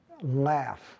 laugh